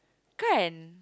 can